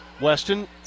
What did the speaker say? Weston